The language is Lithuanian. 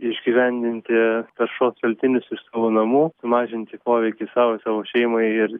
išgyvendinti taršos šaltinius iš savo namų sumažinti poveikį sau ir savo šeimai ir